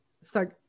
start